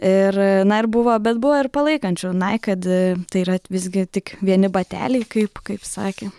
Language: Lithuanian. ir na ir buvo bet buvo ir palaikančių naik kad tai yra visgi tik vieni bateliai kaip kaip sakė